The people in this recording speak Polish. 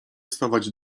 stawać